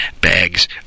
bags